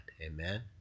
Amen